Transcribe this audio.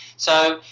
so,